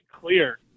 Clear